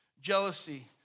jealousy